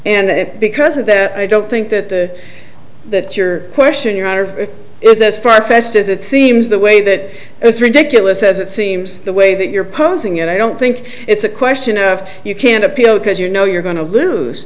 and because of that i don't think that the that your question your honor is as far fetched as it seems the way that it's ridiculous as it seems the way that you're posing it i don't think it's a question of you can't appeal because you know you're going to lose